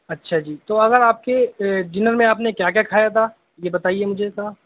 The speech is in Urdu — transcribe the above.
اچھا جی تو اگر آپ کے ڈنر میں آپ نے کیا کیا کھایا تھا یہ بتائیے مجھے ذرا